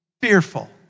fearful